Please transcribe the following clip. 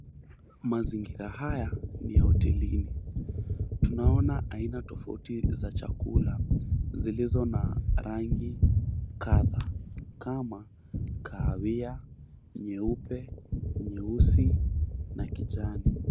Mazingira haya ni ya hotelini. Tunaona aina tofauti za chakula, zilizo na rangi kadhaa kama kahawia, nyeupe, nyeusi na kijani.